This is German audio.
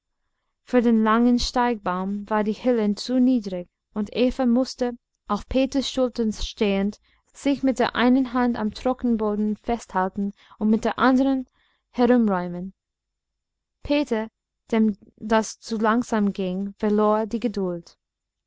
für den langen steigbaum war die höhle zu niedrig und eva mußte auf peters schultern stehend sich mit der einen hand am trockenboden festhalten und mit der anderen herumräumen peter dem das zu langsam ging verlor die geduld